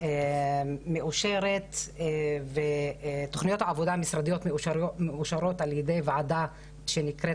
התוכנית מאושרת בתוכניות עבודה משרדיות מאושרות על ידי ועדה שנקראת